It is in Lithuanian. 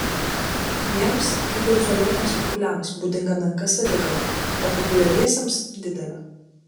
jiems kaip ir izoliuotiems paaugliams būdinga menka savigarba o populiariesiems didelė